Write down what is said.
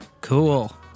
Cool